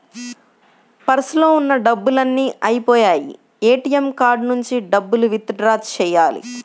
పర్సులో ఉన్న డబ్బులన్నీ అయ్యిపొయ్యాయి, ఏటీఎం కార్డు నుంచి డబ్బులు విత్ డ్రా చెయ్యాలి